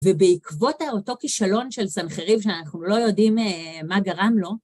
ובעקבות אותו כישלון של סנחריב שאנחנו לא יודעים מה גרם לו,